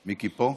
מיקי פה?